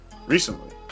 recently